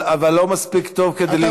אבל לא מספיק טוב כדי ללמוד,